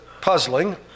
puzzling